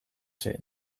zen